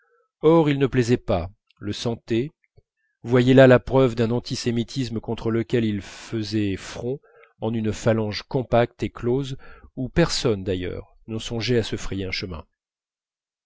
or il ne plaisait pas il le sentait il voyait là la preuve d'un antisémitisme contre lequel il faisait front en une phalange compacte et close où personne d'ailleurs ne songeait à se frayer un chemin